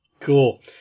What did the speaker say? Cool